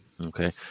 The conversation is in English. Okay